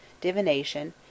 divination